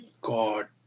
god